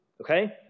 okay